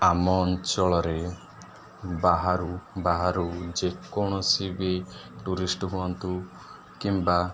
ଆମ ଅଞ୍ଚଳରେ ବାହାରୁ ବାହାରୁ ଯେକୌଣସି ବି ଟୁରିଷ୍ଟ ହୁଅନ୍ତୁ କିମ୍ବା